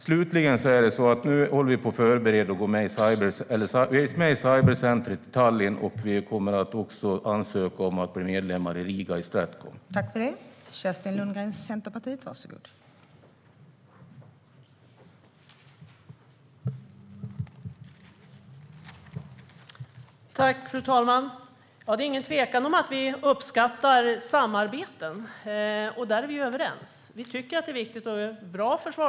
Slutligen är det så att vi är med i cybercentret i Tallinn, och vi kommer att ansöka om att bli medlemmar i Stratcom i Riga.